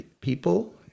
people